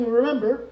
remember